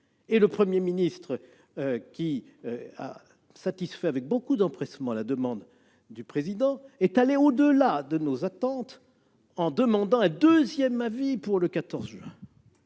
Et le Premier ministre, qui a satisfait avec beaucoup d'empressement à la demande du président du Sénat, est allé au-delà de nos attentes en demandant un deuxième avis pour le 14 juin.